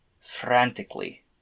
frantically